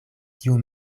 tiu